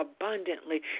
abundantly